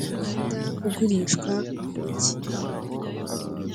umwenda ugurishwa mu ntoki.